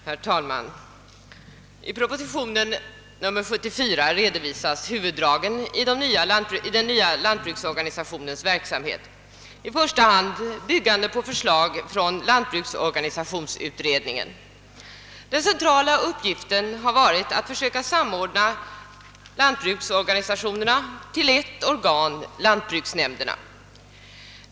Herr talman! I proposition nr 74 redovisas huvuddragen av den nya lantbruksorganisationens verksamhet, i första hand byggande på förslag från lantbruksorganisationsutredningen. Den centrala uppgiften har varit att försöka samordna lantbruksorganisationerna till ett organ, lanibruksnämnderna.